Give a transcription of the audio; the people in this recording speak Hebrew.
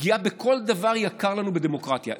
פגיעה בכל דבר היקר לנו בדמוקרטיה.